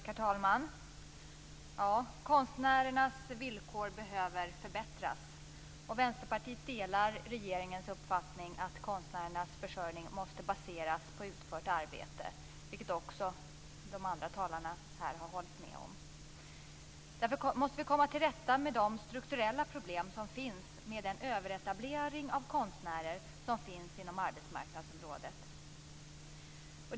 Herr talman! Konstnärernas villkor behöver förbättras. Vänsterpartiet delar regeringens uppfattning att konstnärernas försörjning måste baseras på utfört arbete, vilket också övriga talare här har hållit med om. Därför måste vi komma till rätta med de strukturella problemen och med den överetablering av konstnärer som finns på arbetsmarknaden.